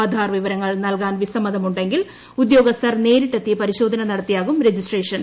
ആധാർ വിവരങ്ങൾ നൽകാൻ വിസമ്മതമുണ്ടെങ്കിൽ ഉദ്യോഗസ്ഥർ നേരിട്ടെത്തി പരിശോധന നടത്തിയാകും രജിസ്ട്രേഷൻ